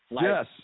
Yes